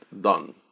done